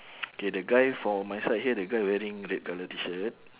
K the guy for my side here the guy wearing red colour T-shirt